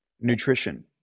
nutrition